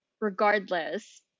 regardless